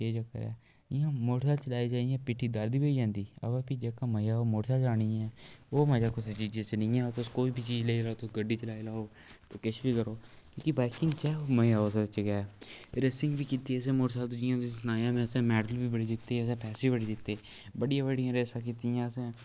केह् चक्कर ऐ इ'यां मोटरसैकल चलाई चलाई इ'यां पिट्ठी दर्द बी होई जंदी अवा फ्ही जेह्का मजा ओह् मोटरसैकल चलाने च ऐ ओह् मजा कुसै चीजे च नी ऐ तुस बी चीज ऐ तुस गड्डी चलाई लैओ तुस किश बी करो की कि बाईकिंग च ऐ ओह् मजा ओ्हदे च गै रेसिंग बी कीती असें मौटरसैकल पर जियां तुसें सनाया में असें मैडल बी बड़े जित्ते असें पैसे बी बड़े जित्ते बड्डियां बड्डियां रेसां कीतियां असें